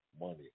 money